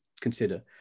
consider